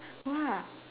!wow!